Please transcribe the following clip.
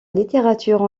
littérature